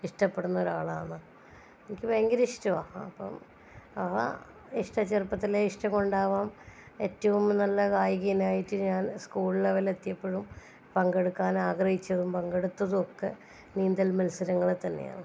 ഇഷ്ടപ്പെടുന്ന ഒരാളാണ് എനിക്ക് ഭയങ്കര ഇഷ്ടമാണ് അപ്പം ആ ഇഷ്ടം ചെറുപ്പത്തിലെ ഇഷ്ടം കൊണ്ടാവാം ഏറ്റവും നല്ല കായികൻ ആയിട്ട് ഞാൻ സ്കൂൾ ലെവലിൽ എത്തിയപ്പോഴും പങ്കെടുക്കാൻ ആഗ്രഹിച്ചതും പങ്കെടുത്തതും ഒക്കെ നീന്തൽ മത്സരങ്ങളിൽത്തന്നെയാണ്